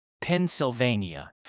Pennsylvania